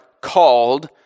called